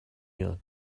یاد